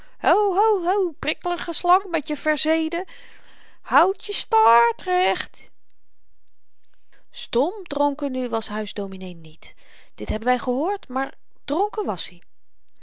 prikkelige slang met je verzenen houd je staart recht stmdronken nu was huisdominee niet dit hebben wy gehoord maar dronken was-i